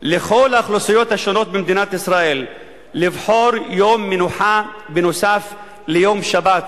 לכל האוכלוסיות השונות במדינת ישראל לבחור יום מנוחה נוסף על יום שבת,